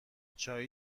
چای